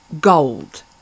Gold